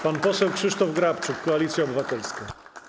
Pan poseł Krzysztof Grabczuk, Koalicja Obywatelska.